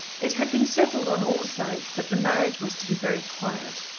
it had been settled on all sides that the marriage was to be very quiet.